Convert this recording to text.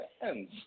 fans